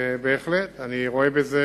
אני רואה בזה